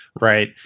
Right